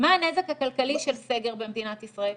מה הנזק הכלכלי של סגר במדינת ישראל?